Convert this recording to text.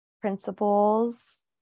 principles